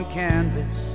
canvas